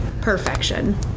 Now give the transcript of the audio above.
perfection